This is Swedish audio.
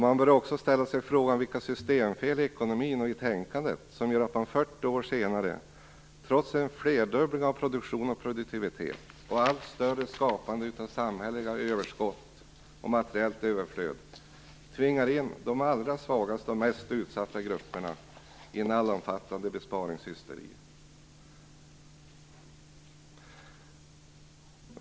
Man bör också ställa sig frågan vilka systemfel i ekonomin och i tänkandet som gör att man 40 år senare - trots en flerdubbling av produktion och produktivitet och skapande av allt större samhälleliga överskott och materiellt överflöd - tvingar in de allra svagaste och mest utsatta grupperna i en allomfattande besparingshysteri.